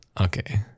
Okay